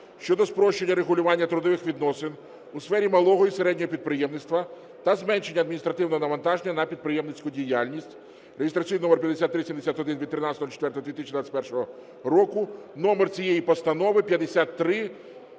щодо спрощення регулювання трудових відносин у сфері малого і середнього підприємництва та зменшення адміністративного навантаження на підприємницьку діяльність" (реєстраційний номер 5371 від 13.04.2021 року). Номер цієї постанови 53…,